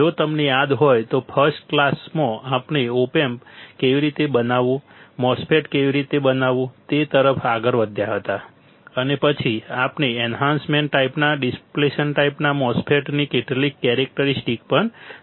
જો તમને યાદ હોય તો ફર્સ્ટ ક્લાસમાં આપણે ઓપ એમ્પ કેવી રીતે બનાવવું MOSFET કેવી રીતે બનાવવું તે તરફ આગળ વધ્યા હતા અને પછી આપણે એન્હાન્સમેન્ટ ટાઈપના ડીપ્લેશન ટાઈપના MOSFET ની કેટલીક કેરેક્ટરિસ્ટિક્સ પણ જોઈ હતી